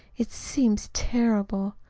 it seems terrible.